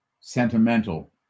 sentimental